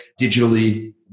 digitally